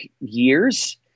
years